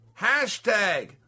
Hashtag